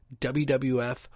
WWF